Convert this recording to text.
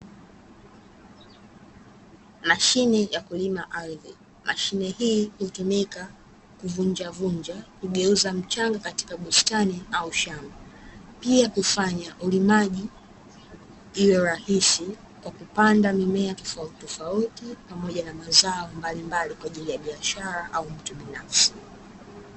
Mashine ya kulima ardhi. Mashine hii hutumika kuvunjavunja, kugeuza mchanga katika bustani au shamba. Pia kufanya ulimaji iwe rahisi kwa kupanda mimea tofautitofauti pamoja na mazao mbalimbali kwa ajili ya biashara au mtu binafsi.